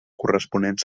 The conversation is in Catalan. corresponent